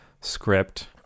script